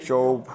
Job